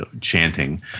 chanting